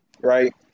Right